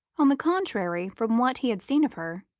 on the contrary, from what he had seen of her,